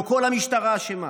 לא כל המשטרה אשמה.